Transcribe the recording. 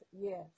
yes